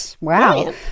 Wow